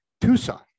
Tucson